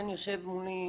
כן יושב מולי